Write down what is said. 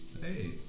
hey